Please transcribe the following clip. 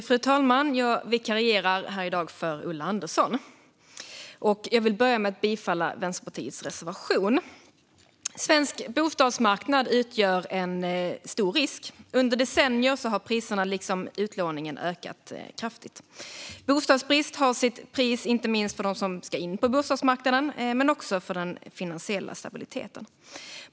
Fru talman! Jag vikarierar i dag för Ulla Andersson. Jag börjar med att yrka bifall till Vänsterpartiets reservation. Svensk bostadsmarknad utgör en stor risk. Under decennier har priserna liksom utlåningen ökat kraftigt. Bostadsbrist har sitt pris inte minst för dem som ska in på bostadsmarknaden men också för den finansiella stabiliteten.